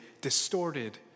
distorted